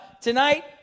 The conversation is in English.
tonight